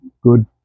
good